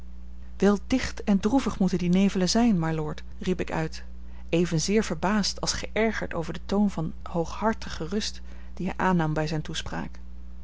wel dicht en droevig moeten die nevelen zijn mylord riep ik uit evenzeer verbaasd als geërgerd over den toon van hooghartige rust dien hij aannam bij zijne toespraak